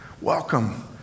Welcome